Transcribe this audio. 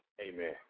Amen